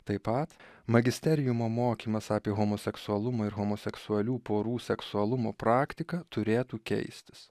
taip pat magisteriumo mokymas apie homoseksualumą ir homoseksualių porų seksualumo praktiką turėtų keistis